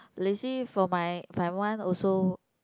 lazy for my if I want also